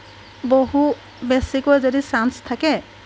বহু বেছিকৈ যদি চাঞ্চ থাকে